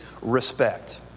respect